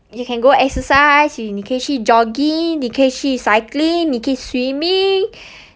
you can go exercise you 你可以去 jogging 你可以去 cycling 你可以 swimming